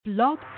blog